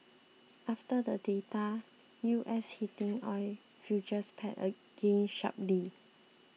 after the data U S heating oil futures pared gains sharply